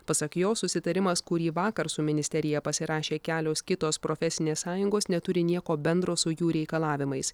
pasak jo susitarimas kurį vakar su ministerija pasirašė kelios kitos profesinės sąjungos neturi nieko bendro su jų reikalavimais